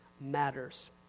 matters